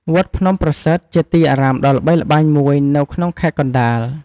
វត្តភ្នំប្រសិទ្ធ ជាទីអារាមដ៏ល្បីល្បាញមួយនៅក្នុងខេត្តកណ្ដាល។